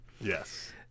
Yes